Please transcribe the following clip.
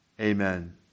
Amen